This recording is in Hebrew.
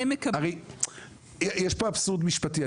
יש פה אבסורד משפטי.